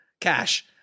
cash